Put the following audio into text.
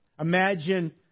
Imagine